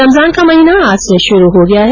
रमजान का महीना आज से शुरू हो गया है